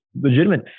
legitimate